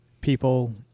people